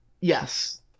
Yes